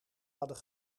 hadden